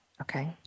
Okay